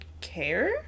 care